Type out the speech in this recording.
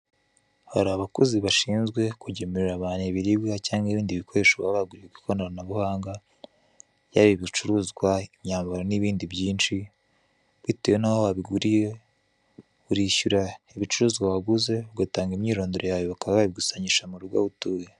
Hari abakozi bashinzwe kugemurira abantu ibiribwa cyangwa ibindi bikoresho baba baguriye ku ikoranabuhanga, yaba ibicuruzwa, imyambaro n'ibindi byinshi. Bitewe naho wabiguriye, urishyura ibicuruzwa waguze, ugatanga imyirondoro yawe bakaba babigusangisha mu rugo aho utuye.